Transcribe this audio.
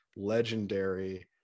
legendary